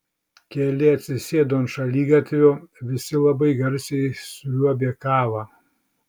keli atsisėdo ant šaligatvio visi labai garsiai sriuobė kavą